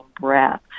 breath